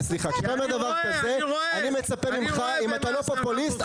אני מצפה ממך אם אתה לא פופוליסט,